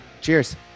Cheers